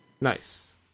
Nice